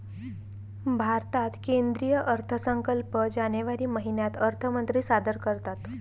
भारतात केंद्रीय अर्थसंकल्प जानेवारी महिन्यात अर्थमंत्री सादर करतात